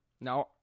Now